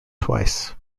twice